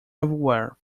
everywhere